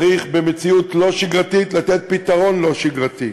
צריך במציאות לא שגרתית לתת פתרון לא שגרתי.